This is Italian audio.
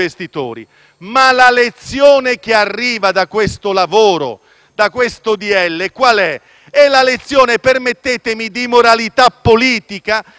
da questo decreto-legge è una lezione - permettetemi - di moralità politica riferita a coloro i quali non volevano mai trovarsi a